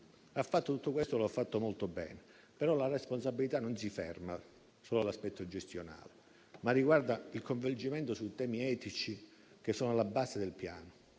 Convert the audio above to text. ha fatto tutto questo e lo ha fatto molto bene, ma la responsabilità non si ferma solo all'aspetto gestionale: essa riguarda il coinvolgimento sui temi etici che sono alla base del Piano,